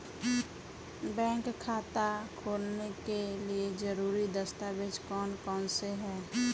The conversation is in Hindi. बैंक खाता खोलने के लिए ज़रूरी दस्तावेज़ कौन कौनसे हैं?